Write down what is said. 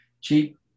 cheap